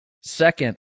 Second